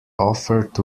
offered